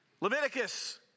Leviticus